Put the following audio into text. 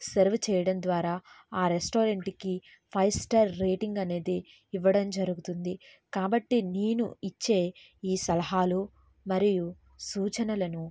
serve చేయడం ద్వారా ఆ రెస్టారెంట్కి ఫైవ్ స్టార్ రేటింగ్ అనేది ఇవ్వడం జరుగుతుంది కాబట్టి నేను ఇచ్చే ఈ సలహాలు మరియు సూచనలను